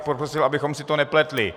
Prosím, abychom si to nepletli.